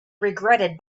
regretted